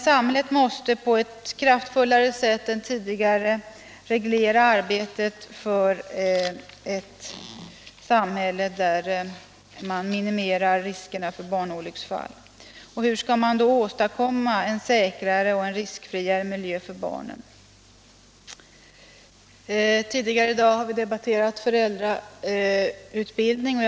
Samhället måste på ett kraftfullare sätt än tidigare reglera det arbete som görs för att minimera riskerna för barnolycksfall. Hur skall man då åstadkomma en säkrare och riskfriare miljö för barnen? Tidigare i dag har vi debatterat föräldrautbildning.